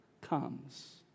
comes